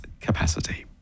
capacity